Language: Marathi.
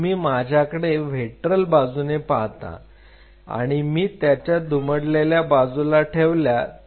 तुम्ही माझ्याकडे व्हेंट्रल बाजूने पाहता आणि मी याच्या दुमडलेल्या बाजूला ठेवल्या तर